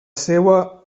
seua